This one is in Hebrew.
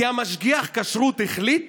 כי משגיח הכשרות החליט